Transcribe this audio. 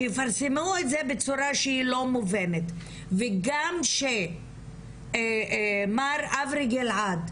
שיפרסמו את זה בצורה שהיא לא מובנת וגם שמר אברי גלעד,